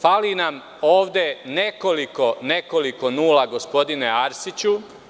Fali nam ovde nekoliko, nekoliko nula, gospodine Arsiću.